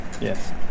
Yes